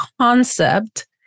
concept